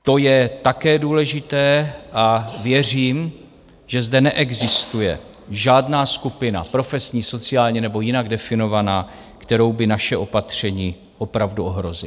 To je také důležité a věřím, že zde neexistuje žádná skupina profesní, sociální nebo jinak definovaná, kterou by naše opatření opravdu ohrozila.